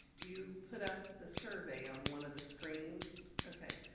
you put up the survey on one of the screens, okay.